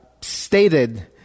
stated